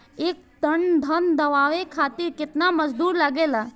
एक टन धान दवावे खातीर केतना मजदुर लागेला?